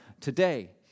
today